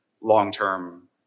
long-term